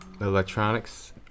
Electronics